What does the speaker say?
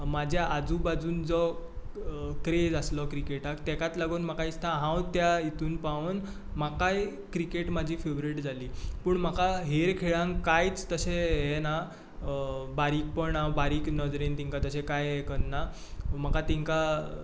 म्हाज्या आजून बाजून जो क्रेज आसलो क्रिकेटाक तेकाच लागून म्हाका दिसता हांव त्या हितूंत पावोन म्हाकाय क्रिकेट म्हाजी फेवरेट जाली पूण म्हाका हेर खेळांक कांयच तशें हें ना बारीकपण ना बारीक नदरेन तिंका तशें काय करना म्हाका तेंकां